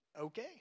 okay